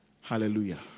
Hallelujah